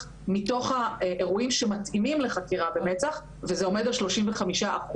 מתוך האירועים שמתאימים לחקירה במצ"ח וזה עומד על 35%